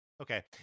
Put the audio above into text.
Okay